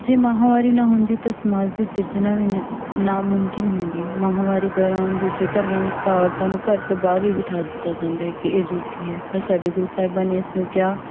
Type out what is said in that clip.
ਜੇ ਮਹਾਂਮਾਰੀ ਨਾ ਹੁੰਦੀ ਤਾਂ ਸਮਾਜ ਦੀ ਸਿਰਜਣਾ ਵੀ ਨ ਨਾਮੁਮਕਿਨ ਹੁੰਦੀ ਮਹਾਂਵਾਰੀ ਦੌਰਾਨ ਦੂਜੇ ਧਰਮਾਂ ਵਿੱਚ ਤਾਂ ਔਰਤਾਂ ਨੂੰ ਘਰ ਤੋਂ ਬਾਹਰ ਵੀ ਬਿਠਾ ਦਿੱਤਾ ਜਾਂਦਾ ਹੈ ਕਿ ਇਹ ਜੂਠੀ ਹੈ ਪਰ ਸਾਡੇ ਗੁਰੂ ਸਾਹਿਬਾਂ ਨੇ ਇਸਨੂੰ ਕਿਹਾ